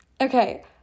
Okay